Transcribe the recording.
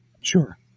Sure